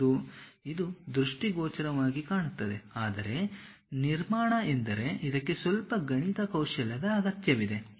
ಇದು ದೃಷ್ಟಿಗೋಚರವಾಗಿ ಕಾಣುತ್ತದೆ ಆದರೆ ನಿರ್ಮಾಣ ಎಂದರೆ ಇದಕ್ಕೆ ಸ್ವಲ್ಪ ಗಣಿತ ಕೌಶಲ್ಯದ ಅಗತ್ಯವಿದೆ